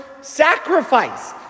sacrifice